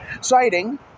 citing